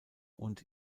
und